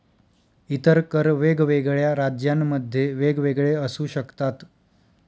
इतर कर वेगवेगळ्या राज्यांमध्ये वेगवेगळे असू शकतात